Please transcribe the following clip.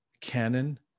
canon